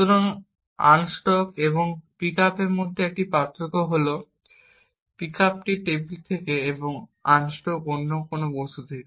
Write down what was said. সুতরাং আনস্ট্যাক এবং পিকআপের মধ্যে একমাত্র পার্থক্য হল পিকআপটি টেবিল থেকে এবং আনস্ট্যাক অন্য কোনও বস্তু থেকে